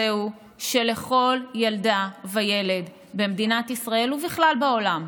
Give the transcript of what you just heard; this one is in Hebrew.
היא שלכל ילדה וילד במדינת ישראל ובכלל בעולם,